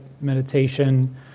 meditation